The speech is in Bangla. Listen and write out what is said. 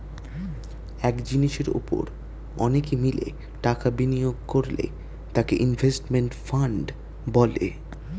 এক জিনিসের উপর অনেকে মিলে টাকা বিনিয়োগ করলে তাকে ইনভেস্টমেন্ট ফান্ড বলে